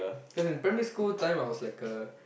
cause in primary school time I was like a